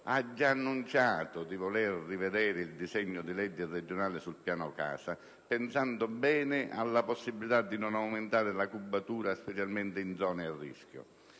ha già annunciato di voler rivedere il disegno di legge regionale sul piano casa, pensando bene alla possibilità di non aumentare la cubatura, specialmente in zone a rischio.